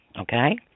okay